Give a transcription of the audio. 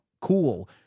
cool